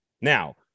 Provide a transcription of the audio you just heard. Now